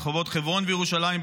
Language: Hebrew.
רחובות חברון וירושלים,